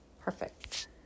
Perfect